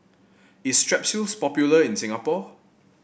is Strepsils popular in Singapore